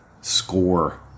Score